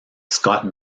scot